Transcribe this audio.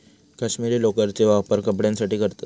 कश्मीरी लोकरेचो वापर कपड्यांसाठी करतत